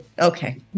Okay